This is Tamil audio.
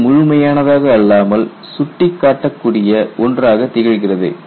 இது முழுமையானதாக அல்லாமல் சுட்டிக் காட்டக்கூடிய ஒன்றாக திகழ்கிறது